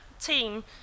team